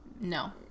No